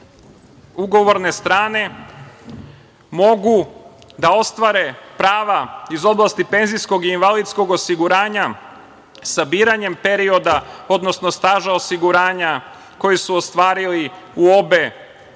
ugovorne strane mogu da ostvare prava iz oblasti penzijskog i invalidskog osiguranja sabiranjem perioda, odnosno staža osiguranja koji su ostvarili u obe strane